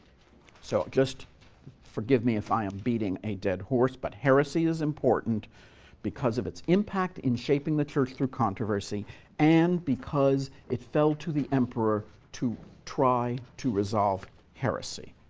so just forgive me if i am beating a dead horse, but heresy is important because of its impact in shaping the church through controversy and because it fell to the emperor to try to resolve heresy.